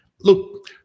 Look